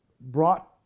brought